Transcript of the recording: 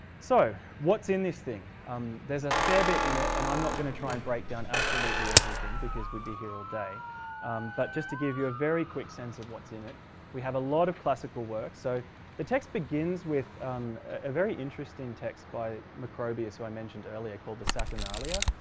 so what's in this thing um there's a fair bit in it and i'm not going to try and break down absolutely everything because we'd be here all day but just to give you a very quick sense of what's in it we have a lot of classical work. so the text begins with a very interesting text by macrobius, who i mentioned earlier, called the saturnalia,